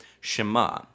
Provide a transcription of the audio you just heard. shema